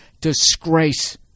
disgrace